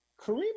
Kareem